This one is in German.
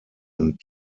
und